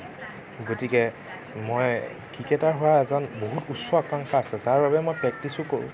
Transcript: গতিকে মই ক্ৰিকেটাৰ হোৱা এজন বহুত উচ্চাকাংক্ষা আছে তাৰ বাবে মই প্ৰেক্টিচো কৰোঁ